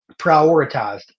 prioritized